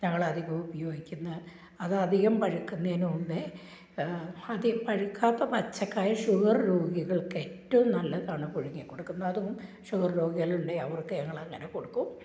ഞങ്ങളധികവും ഉപയോഗിക്കുന്നത് അത് അധികം പഴുക്കുന്നതിനു മുമ്പ് അതു പഴുക്കാത്ത പച്ചക്കായ ഷുഗര് രോഗികള്ക്കേറ്റവും നല്ലതാണ് പുഴുങ്ങി കൊടുക്കുന്നതും ഷുഗര് രോഗികളുണ്ടെങ്കില് അവര്ക്ക് ഞങ്ങളങ്ങനെ കൊടുക്കും